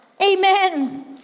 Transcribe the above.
Amen